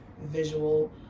visual